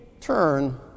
turn